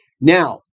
Now